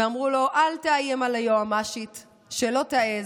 ואמרו לו: "אל תאיים על היועמ"שית", שלא תעז.